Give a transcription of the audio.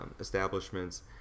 establishments